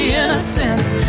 innocence